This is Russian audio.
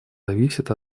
зависят